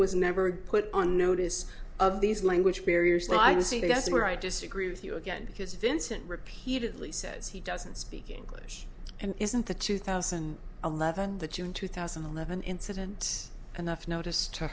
was never put on notice of these language barriers but i can see that's where i disagree with you again because vincent repeatedly says he doesn't speak english and isn't the two thousand and eleven the june two thousand and eleven incident anough notice to